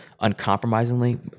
uncompromisingly